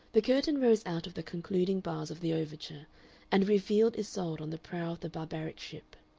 the curtain rose out of the concluding bars of the overture and revealed isolde on the prow of the barbaric ship.